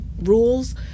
rules